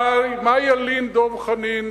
מה ילין דב חנין,